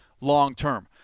long-term